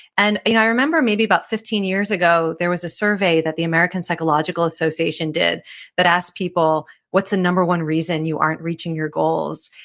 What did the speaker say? and i remember maybe about fifteen years ago there was a survey that the american psychological association did that asked people what's the number reason you aren't reaching your goals,